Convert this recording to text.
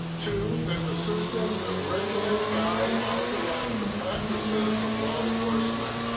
to that the systems that regulate guard authorize the practices of law enforcement.